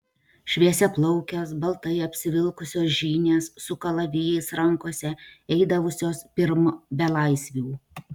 šviesiaplaukės baltai apsivilkusios žynės su kalavijais rankose eidavusios pirm belaisvių